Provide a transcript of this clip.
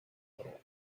little